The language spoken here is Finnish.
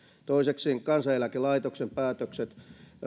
toiseksi kansaneläkelaitoksen päätökset